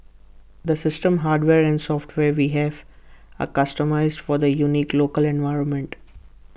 the system hardware and software we have are customised for the unique local environment